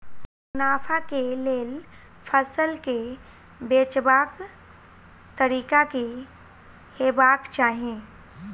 मुनाफा केँ लेल फसल केँ बेचबाक तरीका की हेबाक चाहि?